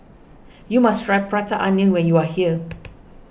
you must try Prata Onion when you are here